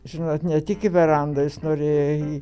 žinot ne tik į verandą jis norėjo